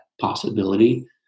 possibility